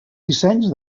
dissenys